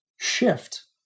shift